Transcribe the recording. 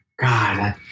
God